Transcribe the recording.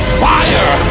fire